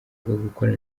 gukora